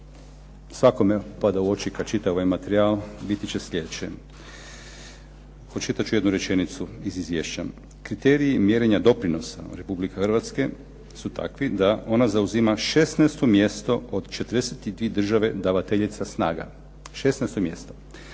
svakome pada u oči kada čita ovaj materijal, biti će sljedeće. Pročitat ću jednu rečenicu iz izvješća. "Kriteriji mjerenja doprinosa Republike Hrvatske su takvi da ona zauzima 16. mjesto od 43 države davateljica snaga". 16. mjesto.